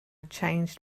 changed